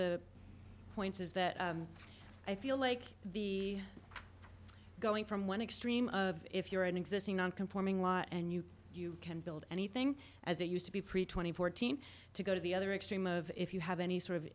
the points is that i feel like the going from one extreme if you're an existing on conforming law and you can build anything as it used to be pretty twenty fourteen to go to the other extreme of if you have any sort of